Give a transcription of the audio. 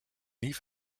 nie